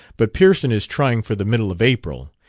but pearson is trying for the middle of april.